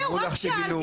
אמרו לך שגינו.